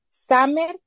Summer